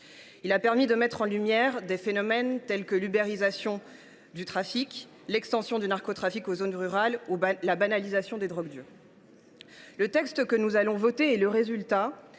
a mis en lumière des phénomènes tels que l’ubérisation du trafic, l’extension du narcotrafic aux zones rurales ou encore la banalisation des drogues dures. Le texte que nous allons voter est le résultat